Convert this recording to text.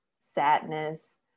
sadness